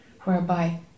whereby